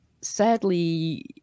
sadly